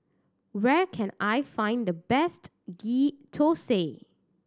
where can I find the best Ghee Thosai